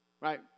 right